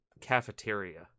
cafeteria